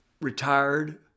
retired